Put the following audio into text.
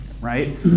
right